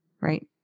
Right